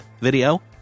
video